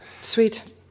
sweet